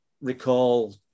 recall